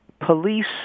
police